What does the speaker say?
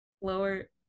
Lower